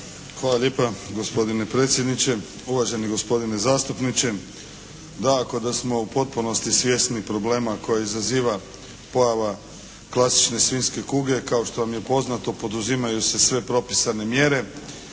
Hvala lijepa gospodine predsjedniče, uvaženi gospodine zastupniče. Dakako da smo u potpunosti svjesni problema koje izaziva pojava klasične svinjske kuge. Kao što vam je poznato poduzimaju se sve propisane mjere.